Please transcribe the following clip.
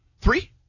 Three